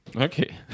Okay